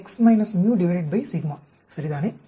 x μ சரிதானே